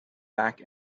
back